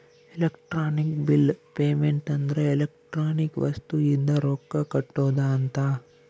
electronic bill payment ಅಂದ್ರ electronic ವಸ್ತು ಇಂದ ರೊಕ್ಕ ಕಟ್ಟೋದ ಅಂತ